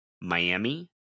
Miami